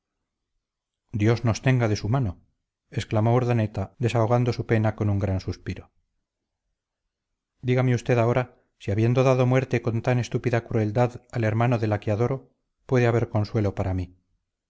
dios nos tenga de su mano exclamó urdaneta desahogando su pena con un gran suspiro dígame usted ahora si habiendo dado muerte con tan estúpida crueldad al hermano de la que adoro puede haber consuelo para mí